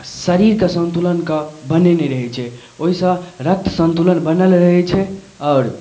शरीरके संतुलनके बनेने रहै छै ओहि सऽ रक्त संतुलन बनल रहै छै आओर